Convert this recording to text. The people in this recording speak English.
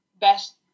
best